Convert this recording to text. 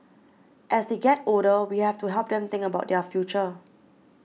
as they get older we have to help them think about their future